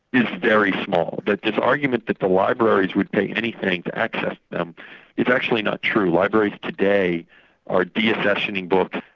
is very small. that this argument that the libraries would pay anything to access them is actually not true. libraries today are de-accessing books,